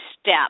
step